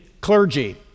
clergy